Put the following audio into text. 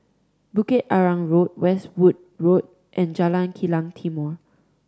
Bukit Arang Road Westwood Road and Jalan Kilang Timor